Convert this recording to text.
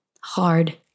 hard